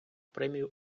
премію